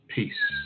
Peace